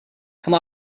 come